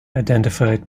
identified